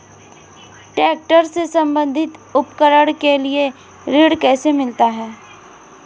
Tractor से संबंधित उपकरण के लिए ऋण कैसे मिलता है?